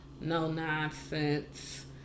no-nonsense